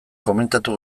komentatu